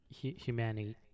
humanity